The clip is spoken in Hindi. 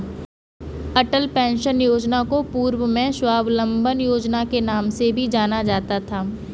अटल पेंशन योजना को पूर्व में स्वाबलंबन योजना के नाम से भी जाना जाता था